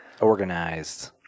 Organized